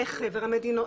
בחבר המדינות,